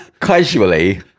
casually